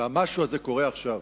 והמשהו הזה קורה עכשיו.